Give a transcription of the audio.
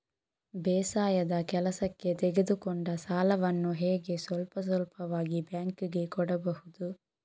ಬೇಸಾಯದ ಕೆಲಸಕ್ಕೆ ತೆಗೆದುಕೊಂಡ ಸಾಲವನ್ನು ಹೇಗೆ ಸ್ವಲ್ಪ ಸ್ವಲ್ಪವಾಗಿ ಬ್ಯಾಂಕ್ ಗೆ ಕೊಡಬಹುದು?